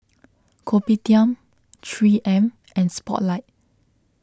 Kopitiam three M and Spotlight